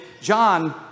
John